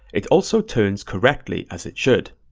it also turns correctly as it should.